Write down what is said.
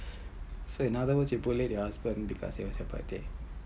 so in other word you bullied your husband because it was your birthday